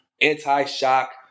anti-shock